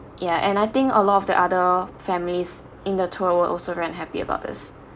yeah and I think a lot of the other families in the tour were also very unhappy about this